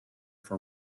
for